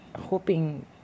hoping